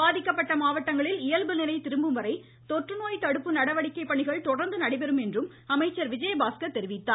பாதிக்கப்பட்ட மாவட்டங்களில் இயல்பு நிலை திரும்பும் வரை தொற்றுநோய் தடுப்பு நடவடிக்கை பணிகள் தொடர்ந்து நடைபெறும் என்றும் அமைச்சர் விஜயபாஸ்கர் தெரிவித்தார்